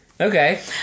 Okay